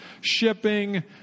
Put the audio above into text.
shipping